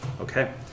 Okay